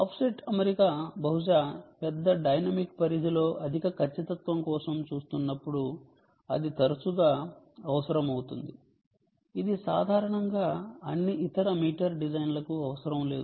offset అమరిక బహుశా పెద్ద డైనమిక్ పరిధిలో అధిక ఖచ్చితత్వం కోసం చూస్తున్నప్పుడు ఇది తరచుగా అవసరమవుతుంది ఇది సాధారణంగా అన్ని ఇతర మీటర్ డిజైన్లకు అవసరం లేదు